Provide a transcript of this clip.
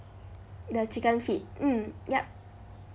the chicken feet mm yup